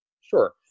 Sure